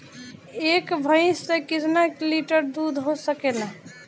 एक भइस से कितना लिटर दूध हो सकेला?